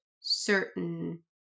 certain